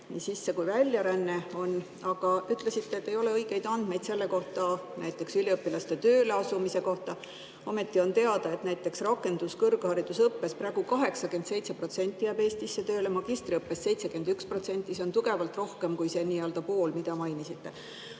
nii sisse- kui väljaränne, on. Aga ütlesite, et ei ole õigeid andmeid näiteks üliõpilaste tööle asumise kohta. Ometi on teada, et näiteks rakenduskõrgharidusõppes praegu 87% jääb Eestisse tööle, magistriõppes 71%. See on tugevalt rohkem kui see pool, mida te mainisite.